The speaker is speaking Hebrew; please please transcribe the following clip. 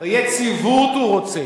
יציבות הוא רוצה.